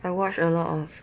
I watch a lot of